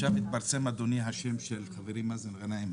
עכשיו התפרסם אדוני וחברי מאזן גנאים,